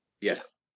Yes